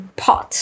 pot，